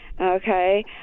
Okay